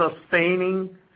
sustaining